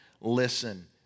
listen